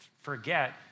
forget